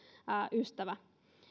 ystävä